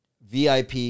VIP